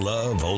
Love